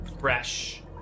fresh